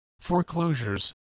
foreclosures